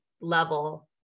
level